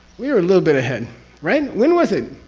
we were a little bit ahead right? when was it?